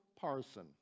parson